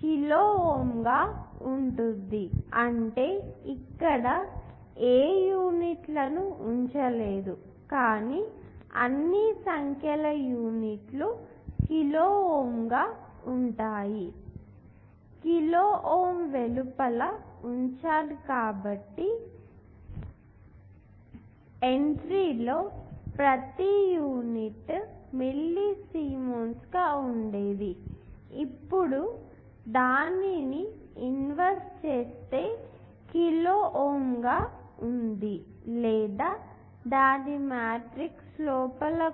kilo ohm గా ఉంటుంది అంటే ఇక్కడ ఏ యూనిట్లను ఉంచలేదు కానీ అన్ని సంఖ్యల యూనిట్లు కిలో ఓం గా ఉంటాయి కిలో ఓం వెలుపల ఉంచాను ఎందుకంటే ఎంట్రీ లో ప్రతి యూనిట్ మిల్లి సిమెన్స్ గా ఉండేది ఇప్పుడు దానిని ఇన్వర్స్ చేస్తే కిలో ఓం గా ఉంది లేదా దాన్ని మ్యాట్రిక్స్ లోపల కూడా ఉంచవచ్చు